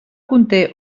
conté